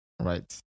right